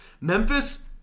Memphis